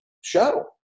show